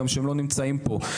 גם שהם לא נמצאים פה,